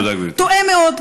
טועה מאוד.